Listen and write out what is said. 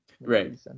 Right